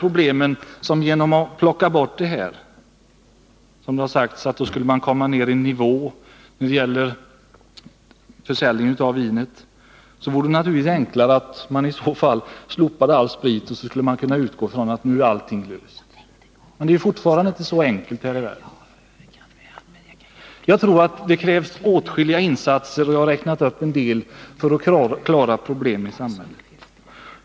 Om man genom att plocka bort det här kunde få ned vinförsäljningen, vore det naturligtvis enklare att slopa all sprit och utgå ifrån att alla problem på så sätt blir lösta. Men det är inte så enkelt här i världen. Jag tror att det krävs åtskilliga insatser, och jag har räknat upp vissa, för att klara problemen i samhället.